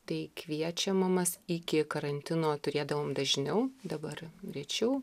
tai kviečiam mamas iki karantino turėdavom dažniau dabar rečiau